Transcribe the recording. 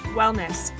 wellness